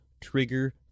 trigger